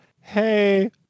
hey